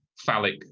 Phallic